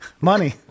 Money